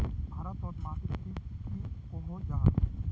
भारत तोत माटित टिक की कोहो जाहा?